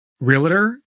realtor